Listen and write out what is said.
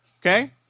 okay